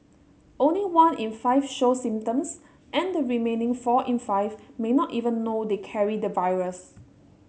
only one in five show symptoms and the remaining four in five may not even know they carry the virus